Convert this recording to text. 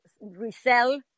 resell